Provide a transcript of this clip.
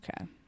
okay